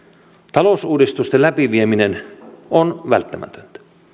talousuudistusten läpivieminen on välttämätöntä